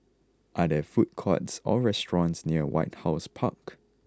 are there food courts or restaurants near White House Park